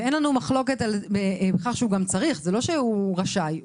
ואין לנו מחלוקת שהוא גם צריך זה לא שהוא רשאי,